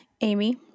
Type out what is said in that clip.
Amy